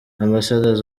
ambassadors